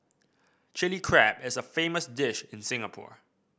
Chilli Crab is a famous dish in Singapore